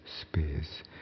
space